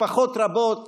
משפחות רבות,